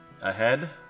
Ahead